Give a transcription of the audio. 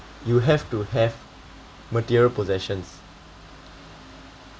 you have to have material possessions